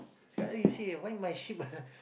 sekali you say why my ship